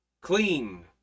clean